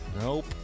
Nope